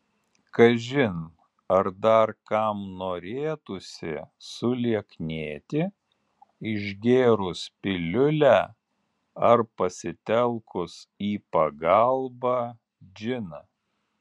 kažin ar dar kam norėtųsi sulieknėti išgėrus piliulę ar pasitelkus į pagalbą džiną